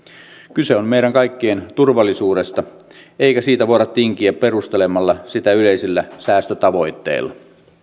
kyse on meidän kaikkien turvallisuudesta eikä siitä voida tinkiä perustelemalla sitä yleisillä säästötavoitteilla